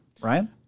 Ryan